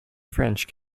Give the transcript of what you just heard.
french